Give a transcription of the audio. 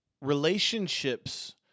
relationships